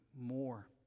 more